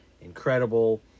incredible